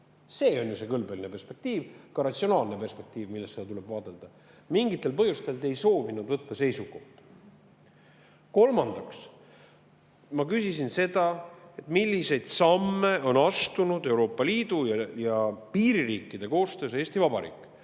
See on ju see kõlbeline perspektiiv, ka ratsionaalne perspektiiv, millest seda tuleb vaadelda. Mingitel põhjustel te ei soovinud võtta seisukohta. Kolmandaks, ma küsisin seda, milliseid samme on astunud Euroopa Liidu ja piiririikide koostöös Eesti Vabariik,